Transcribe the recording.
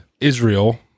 israel